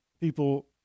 people